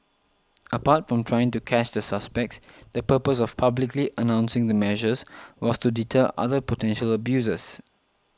apart from trying to catch the suspects the purpose of publicly announcing the measures was to deter other potential abusers